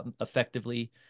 effectively